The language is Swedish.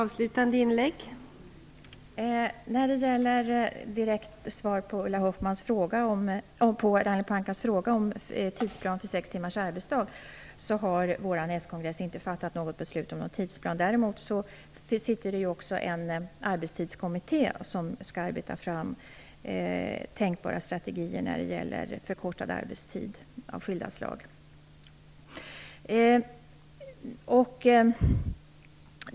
Fru talman! Som ett direkt svar på Ragnhild Pohankas fråga om en tidsplan för sex timmars arbetsdag, kan jag säga att vår kongress inte har fattat något beslut om en tidsplan. Däremot sitter det en arbetstidskommitté, som skall arbeta fram tänkbara strategier av skilda slag när det gäller förkortad arbetstid.